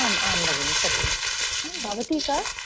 आम् आं भगिनि सत्यं भवती का